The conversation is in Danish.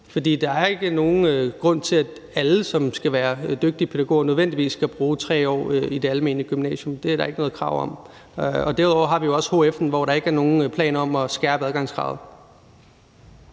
For der er ikke nogen grund til, at alle, som skal være dygtige pædagoger, nødvendigvis skal bruge 3 år i det almene gymnasium. Det er der ikke noget krav om. Derudover har vi jo også hf'en, hvor der ikke er nogen planer om at skærpe adgangskravene.